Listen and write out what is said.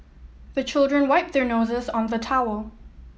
the children wipe their noses on the towel